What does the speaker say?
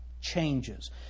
changes